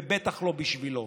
ובטח לא בשבילו.